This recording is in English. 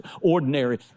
ordinary